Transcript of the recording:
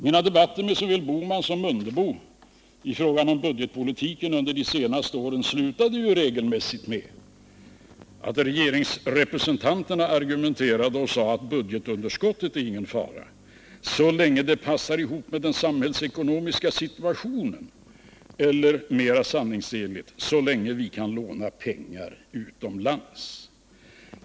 Mina debatter under de senaste åren med såväl herr Bohman som herr Mundebo i fråga om budgetpolitiken slutade ju regelmässigt med att regeringsrepresentanterna sade att det inte är någon fara med budgetunderskottet, så länge det passar ihop med den samhällsekonomiska situationen — eller, mera sanningsenligt, så länge vi kan låna pengar utomlands.